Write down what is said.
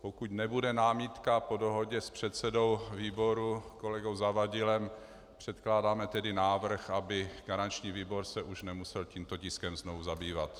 Pokud nebude námitka, po dohodě s předsedou výboru kolegou Zavadilem předkládáme tedy návrh, aby se garanční výbor už nemusel tímto tiskem znovu zabývat.